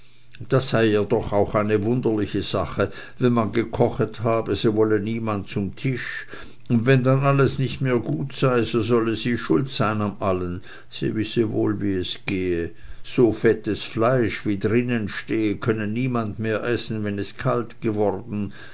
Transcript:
das sei ihr doch auch eine wunderliche sache wenn man gekochet habe so wolle niemand zum tisch und wenn dann alles nicht mehr gut sei so solle sie schuld sein an allem sie wisse wohl wie es gehe so fettes fleisch wie drinnen stehe könne niemand mehr essen wenn es kalt geworden